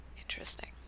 Interesting